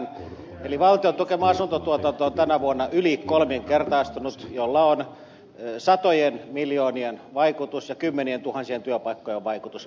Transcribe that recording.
eli valtion tukema asuntotuotanto on tänä vuonna yli kolminkertaistunut millä on satojen miljoonien vaikutus ja kymmenientuhansien työpaikkojen vaikutus